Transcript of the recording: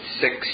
six